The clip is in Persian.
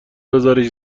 بزارش